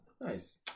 Nice